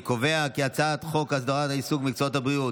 אני קובע כי הצעת חוק הסדרת העיסוק במקצועות הבריאות